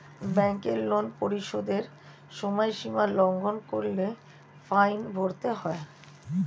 ব্যাংকের লোন পরিশোধের সময়সীমা লঙ্ঘন করলে ফাইন ভরতে হয়